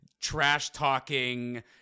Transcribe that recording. trash-talking